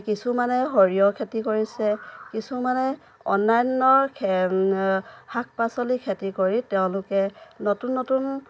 কিছুমানে সৰিয়হ খেতি কৰিছে কিছুমানে অন্য়ান্য়ৰ শাক পাচলিৰ খেতি কৰি তেওঁলোকে নতুন নতুন